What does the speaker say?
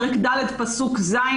פרק ד' פסוק ז',